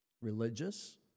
religious